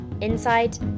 Inside